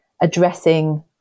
addressing